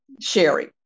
Sherry